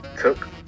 took